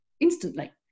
instantly